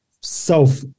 self